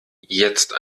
jetzt